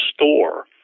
store